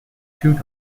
two